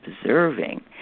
observing